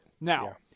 Now